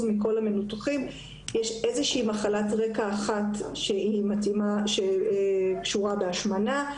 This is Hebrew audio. מכל המנותחים יש איזושהי מחלת רקע אחת שקשורה בהשמנה.